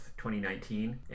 2019